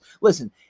Listen